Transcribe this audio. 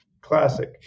Classic